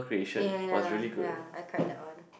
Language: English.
ya ya ya ya I cried that one